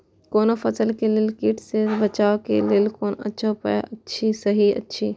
कोनो फसल के लेल कीट सँ बचाव के लेल कोन अच्छा उपाय सहि अछि?